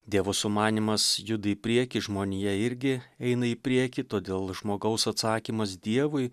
dievo sumanymas juda į priekį žmonija irgi eina į priekį todėl žmogaus atsakymas dievui